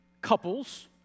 couples